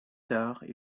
tard